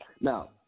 Now